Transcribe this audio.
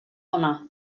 hona